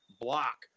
block